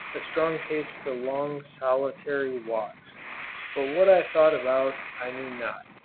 a strong taste for long solitary walks but what i thought about i know not.